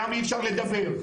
למה אי-אפשר לדבר?